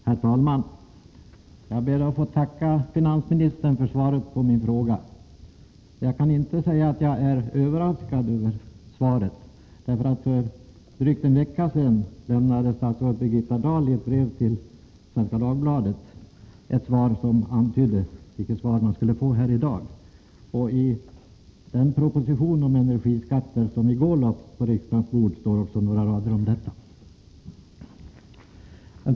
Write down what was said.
Herr talman! Jag ber att få tacka finansministern för svaret på min fråga. Jag kan inte säga att jag är överraskad över svaret, därför att för drygt en vecka sedan lämnade statsrådet Birgitta Dahl i ett brev till Svenska Dagbladet ett besked som antydde vilket svar jag skulle få här i dag. I den proposition om energiskatten som i går lades på riksdagens bord står det också några rader om detta.